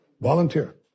volunteer